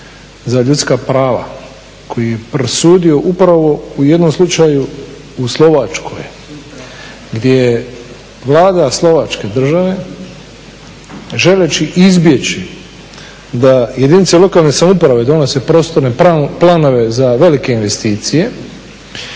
za ljudska prava koji je presudio upravo u jednom slučaju u Slovačkoj, gdje je vlada Slovačke države želeći izbjeći da jedinice lokalne samouprave donose prostorne planove za velike investicije